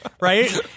right